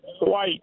White